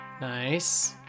Nice